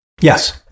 Yes